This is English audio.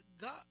God